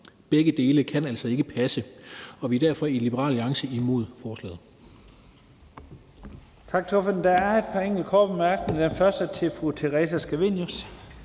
Begge dele kan altså ikke passe, og vi er derfor i Liberal Alliance imod forslaget.